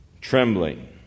trembling